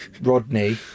Rodney